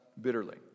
bitterly